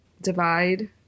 divide